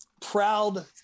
proud